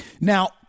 Now